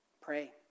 pray